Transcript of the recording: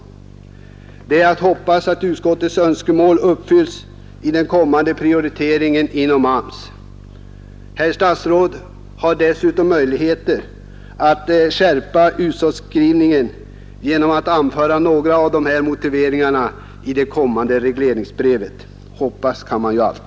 Det är att hoppas att utskottets önskemål uppfylls i den kommande prioriteringen inom AMS. Herr statsrådet har dessutom möjlighet att skärpa utskottsskrivningen genom att anföra några av här anförda motiveringar i det kommande regleringsbrevet — hoppas kan man ju alltid.